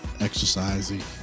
exercising